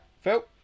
Phil